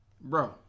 bro